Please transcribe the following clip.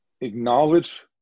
acknowledge